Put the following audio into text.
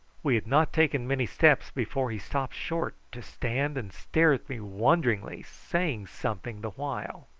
we had not taken many steps before he stopped short to stand and stare at me wonderingly, saying something the while.